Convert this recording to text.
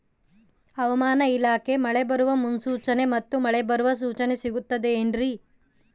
ಹವಮಾನ ಇಲಾಖೆ ಮಳೆ ಬರುವ ಮುನ್ಸೂಚನೆ ಮತ್ತು ಮಳೆ ಬರುವ ಸೂಚನೆ ಸಿಗುತ್ತದೆ ಏನ್ರಿ?